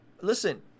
listen